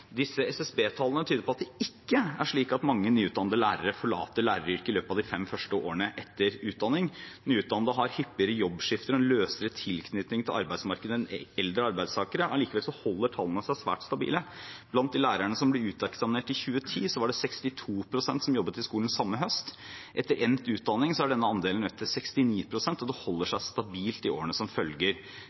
Disse SSB-tallene tyder på at det ikke er slik at mange nyutdannede lærere forlater læreryrket i løpet av de fem første årene etter utdanning. Nyutdannede har hyppigere jobbskifter og en løsere tilknytning til arbeidsmarkedet enn eldre arbeidstakere. Allikevel holder tallene seg svært stabile. Blant de lærerne som ble uteksaminert i 2010, var det 62 pst. som jobbet i skolen samme høst. Etter endt utdanning ble denne andelen økt til 69 pst., og den holdt seg stabilt i årene som følger.